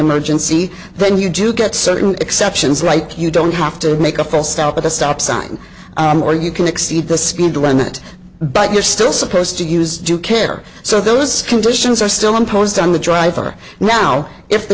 emergency then you do get certain exceptions like you don't have to make a full stop at a stop sign or you can exceed the speed limit but you're still supposed to use due care so those conditions are still imposed on the driver now if the